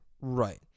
right